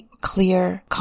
clear